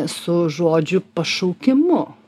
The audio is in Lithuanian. su žodžiu pašaukimu